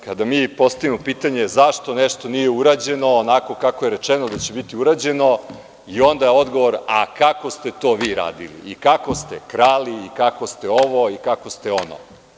Kada mi postavimo pitanje zašto nešto nije urađeno onako kako je rečeno da će biti urađeno, onda je odgovor – a kako ste to vi radili, i kako ste krali, i kako ste ovo i kako ste ono?